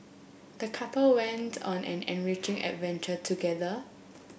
the couple went on an enriching adventure together